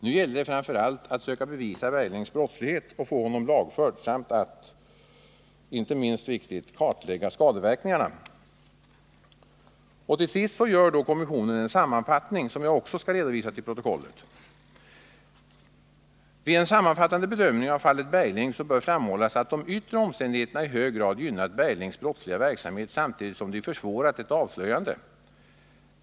Nu gällde det framför allt att söka bevisa Berglings brottslighet och få honom lagförd samt att — inte minst viktigt — kartlägga skadeverkningarna.” Till sist gör kommissionen en sammanfattning, som jag också skall läsa in i protokollet: ”Vid en sammanfattande bedömning av fallet Bergling bör framhållas att de yttre omständigheterna i hög grad gynnat Berglings brottsliga verksamhet samtidigt som de försvårat ett avslöjande.